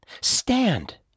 Stand